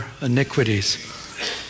iniquities